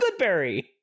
Goodberry